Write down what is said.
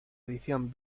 edición